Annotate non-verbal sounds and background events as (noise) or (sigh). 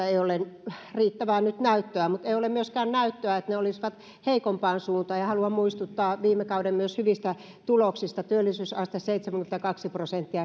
(unintelligible) ei ole (unintelligible) nyt riittävää näyttöä mutta ei ole myöskään näyttöä siitä että se olisi heikompaan suuntaan ja haluan muistuttaa myös viime kauden hyvistä tuloksista työllisyysaste seitsemänkymmentäkaksi prosenttia (unintelligible)